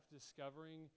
discovering